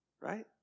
right